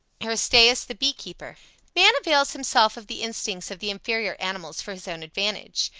aristaeus, the bee-keeper man avails himself of the instincts of the inferior animals for his own advantage.